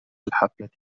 الحفلة